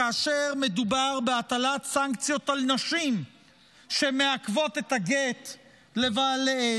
כאשר מדובר בהטלת סנקציות על נשים שמעכבות את הגט לבעליהן,